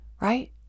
Right